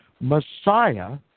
Messiah